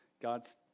God's